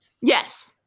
Yes